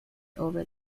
over